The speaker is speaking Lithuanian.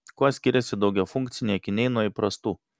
kuo skiriasi daugiafunkciai akiniai nuo įprastų